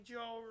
Joe